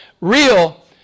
real